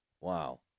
Wow